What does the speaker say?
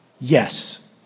Yes